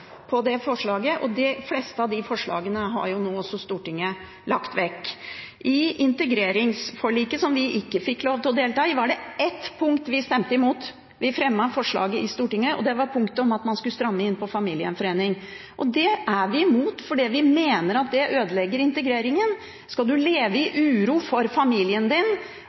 på det forslaget, og de fleste av de forslagene har også Stortinget nå lagt vekk. I integreringsforliket, som vi ikke fikk lov til å delta i, var det ett punkt vi stemte imot – vi fremmet forslaget i Stortinget – og det var punktet om at man skulle stramme inn på familiegjenforening. Det er vi imot fordi vi mener at det ødelegger integreringen. Skal man leve i uro for familien